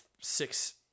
six